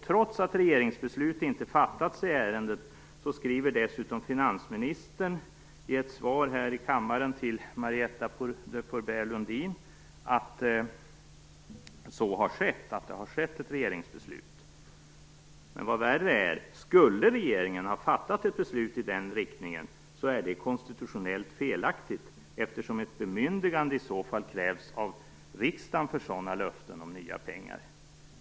Trots att regeringsbeslut inte fattats i ärendet skriver dessutom finansministern i ett svar här i kammaren till Marietta de Pourbaix-Lundin att så har skett. Vad värre är, att om regeringen skulle ha fattat ett beslut i den riktningen är det konstitutionellt felaktigt, eftersom ett bemyndigande i så fall krävs av riksdagen för sådana löften om nya pengar.